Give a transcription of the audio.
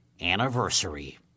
anniversary